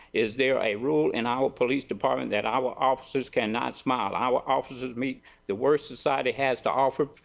is there a rule in our police department that i our officer cannot smile. our officer meet the worst society has to offer.